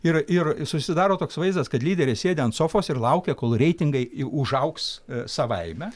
ir ir susidaro toks vaizdas kad lyderiai sėdi ant sofos ir laukia kol reitingai užaugs savaime